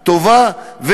טובה,